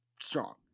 strong